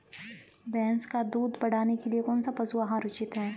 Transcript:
भैंस का दूध बढ़ाने के लिए कौनसा पशु आहार उचित है?